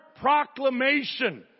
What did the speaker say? proclamation